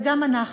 וגם אנחנו,